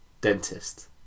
dentist